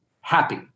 happy